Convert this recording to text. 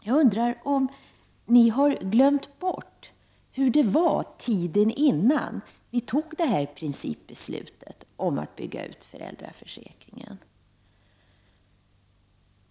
Jag undrar om ni har glömt bort hur det var tiden innan vi fattade detta principbeslut om att bygga ut föräldraförsäkringen.